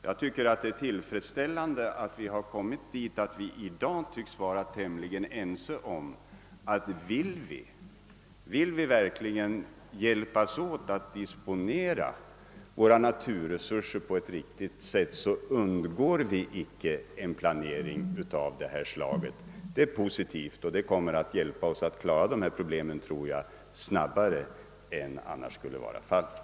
Jag anser det vara tillfredsställande att vi kommit dithän, att alla i dag tycks vara tämligen ense om att om vi verkligen vill disponera våra naturresurser på ett riktigt sätt, kan vi inte undgå en planering av det ifrågavarande slaget. Detta är positivt och jag tror att det kommer att hjälpa oss att klara problemen snabbare än vad som annars skulle vara fallet.